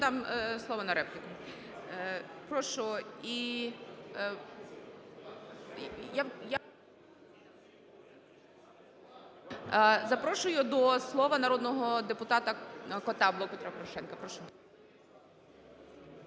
дам слово на репліку. Прошу. Запрошую до слова народного депутата Кота, "Блок Петра Порошенка". Прошу.